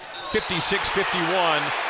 56-51